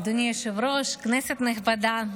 אדוני היושב-ראש, כנסת נכבדה,